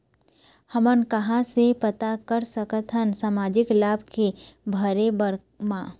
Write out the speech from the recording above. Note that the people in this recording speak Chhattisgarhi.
हमन कहां से पता कर सकथन सामाजिक लाभ के भरे बर मा?